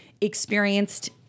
experienced